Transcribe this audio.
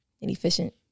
inefficient